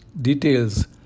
details